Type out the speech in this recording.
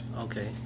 Okay